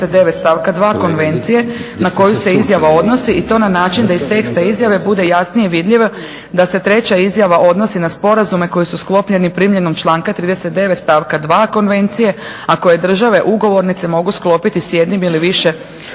39. stavka 2. Konvencije na koju se izjava odnosi i to na način da iz teksta izjave bude jasnije vidljivo da se treća izjava odnosi na sporazume koji su sklopljeni primjenom članka 39. stavka 2. Konvencije, a koje države ugovornice mogu sklopiti s jednim ili više